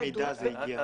איך המידע הזה הגיע?